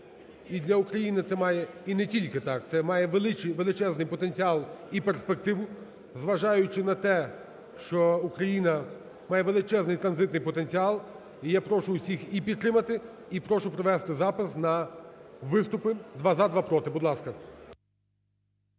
тільки так, це має величезний потенціал і перспективу, зважаючи на те, що Україна має величезний транзитний потенціал. І я прошу всіх і підтримати, і прошу провести запис на виступи: два – за, два – проти, будь ласка.